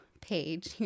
page